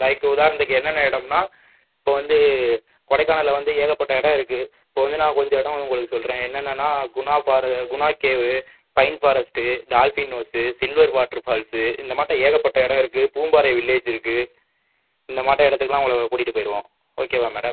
like உதாரணத்துக்கு என்னென்ன இடம்னா இப்போ வந்து கொடைக்கானல்ல வந்து ஏகப்பட்ட இடம் இருக்குது இப்போ வந்து நான் கொஞ்ச இடம் உங்களுக்கு சொல்கிறேன் என்னென்னனா குணா பார் Guna cave pine forest dolphin house silver water falls இந்த மாட்டம் ஏக்கப்பட்ட இடம் இருக்குது பூம்பாறை வில்லேஜ் இருக்குது இந்த மாட்டம் இடத்துக்குலாம் உங்களை கூட்டிட்டு போயிடுவோம் ஓகேவா மேடம்